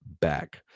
back